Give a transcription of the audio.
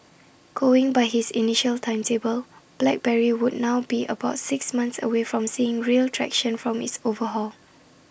going by his initial timetable BlackBerry would now be about six months away from seeing real traction from its overhaul